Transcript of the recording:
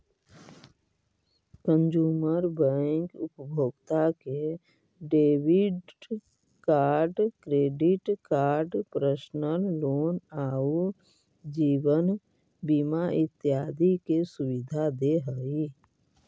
consumer bank उपभोक्ता के debit card, credit card, personal loan आउ जीवन बीमा इत्यादि के सुविधा दे हइ